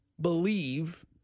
believe